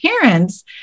parents